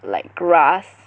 like grass